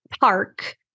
park